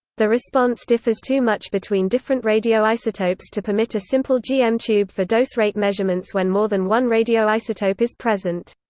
the response differs too much between different radioisotopes to permit a simple gm tube for dose rate measurements when more than one radioisotope is present.